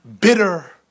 bitter